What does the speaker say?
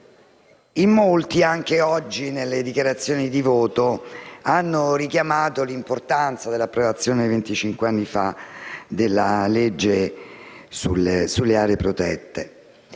Presidente, anche oggi nelle dichiarazioni di voto molti hanno richiamato l'importanza dell'approvazione, venticinque anni fa, della legge sulle aree protette;